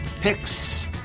picks